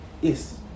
yes